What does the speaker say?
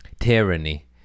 tyranny